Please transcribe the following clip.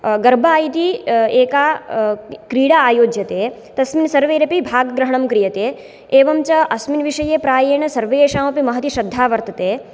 गर्बा इति एका क्रिडा आयोज्यते तस्मिन् सर्वैरपि भागग्रहणं क्रियते एवं च अस्मिन् विषये प्रायेण सर्वेषामपि महति श्रद्धा वर्तते